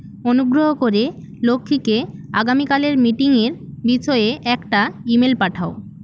অনুগ্রহ করে লক্ষ্মীকে আগামীকালের মিটিংয়ের বিষয়ে একটা ইমেল পাঠাও